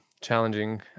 challenging